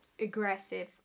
aggressive